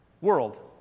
world